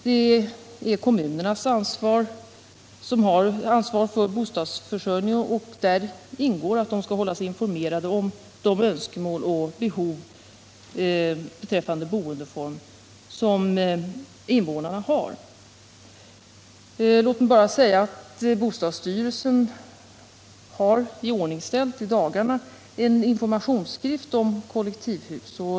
Det är kommunerna som har ansvaret för bostadsförsörjningen, och däri ingår att de skall hålla sig informerade om de önskemål och behov beträffande boendeform som invånarna har. Bostadsstyrelsen har i dagarna iordningställt en informationsskrift om kollektivhus.